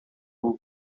two